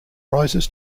rises